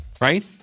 right